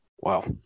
Wow